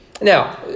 Now